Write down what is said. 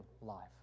life